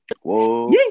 Whoa